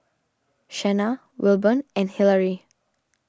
Shena Wilburn and Hillery